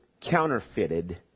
counterfeited